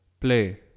play